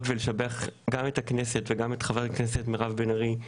ולשבח גם את הכנסת וגם את חברת הכנסת מירב בן ארי,